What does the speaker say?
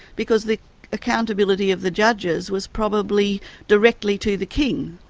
because the accountability of the judges was probably directly to the king.